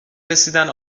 رسیدن